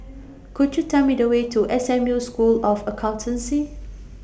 Could YOU Tell Me The Way to S M U School of Accountancy